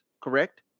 correct